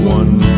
one